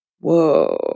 Whoa